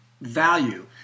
value